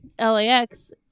LAX